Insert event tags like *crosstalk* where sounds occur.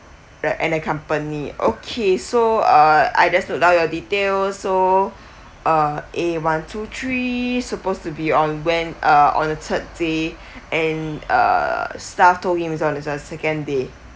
the and the company okay so uh I just note down your details so uh A one two three supposed to be on when uh on the third day *breath* and uh staff told him it's on it's on second day